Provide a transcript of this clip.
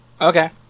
Okay